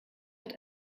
hat